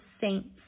saints